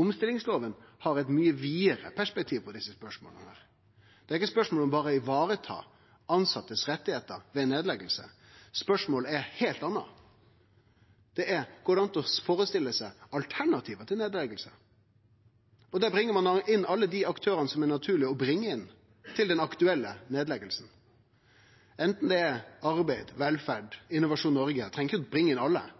Omstillingsloven har eit mykje vidare perspektiv på desse spørsmåla. Det er ikkje berre eit spørsmål om å vareta rettane til dei tilsette ved nedlegging. Spørsmålet er eit heilt anna. Det er: Går det an å førestille seg alternativ til nedlegging? Da bringar ein inn alle dei aktørane som det er naturleg å bringe inn til den aktuelle nedlegginga, anten det er arbeid og velferd eller Innovasjon Noreg. Ein treng ikkje å bringe inn alle,